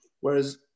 Whereas